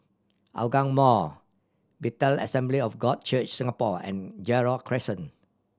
Hougang Mall Bethel Assembly of God Church Singapore and Gerald Crescent